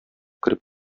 кереп